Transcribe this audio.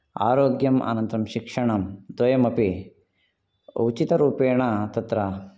आरोग्यम् अनन्तरं शिक्षणं द्वयमपि उचितरूपेण तत्र